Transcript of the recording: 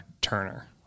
Turner